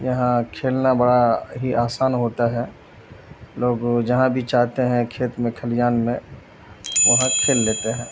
یہاں کھیلنا بڑا ہی آسان ہوتا ہے لوگ جہاں بھی چاہتے ہیں کھیت میں کھلیان میں وہاں کھیل لیتے ہیں